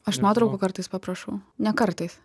aš nuotraukų kartais paprašau ne kartais